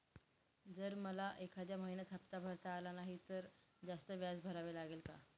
जर मला एखाद्या महिन्यात हफ्ता भरता आला नाही तर जास्त व्याज भरावे लागेल का?